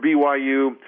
BYU